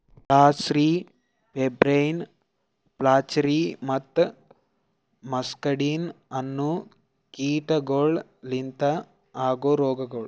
grasserie, pebrine, flacherie ಮತ್ತ muscardine ಅನೋ ಕೀಟಗೊಳ್ ಲಿಂತ ಆಗೋ ರೋಗಗೊಳ್